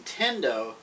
Nintendo